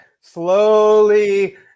slowly